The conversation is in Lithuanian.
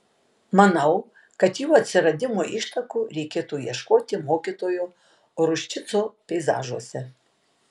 manau kad jų atsiradimo ištakų reikėtų ieškoti mokytojo ruščico peizažuose